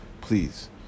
please